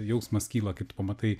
jausmas kyla kai tu pamatai